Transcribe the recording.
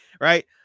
right